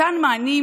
מתן מענים